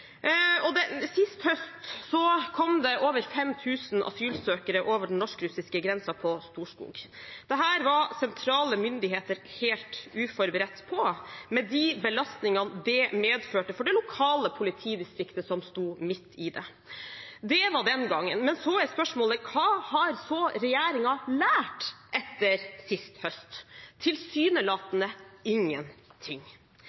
Sist høst kom det over 5 000 asylsøkere over den norskrussiske grensen på Storskog. Dette var sentrale myndigheter helt uforberedte på med de belastningene det medførte for det lokale politidistriktet som sto midt i det. Det var den gangen, men så er spørsmålet: Hva har så regjeringen lært etter sist høst?